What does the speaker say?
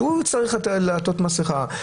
שהוא יצטרך לעטות מסכה.